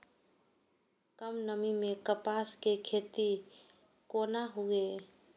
कम नमी मैं कपास के खेती कोना हुऐ?